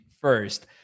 first